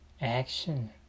action